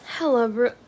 Hello